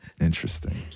Interesting